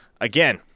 again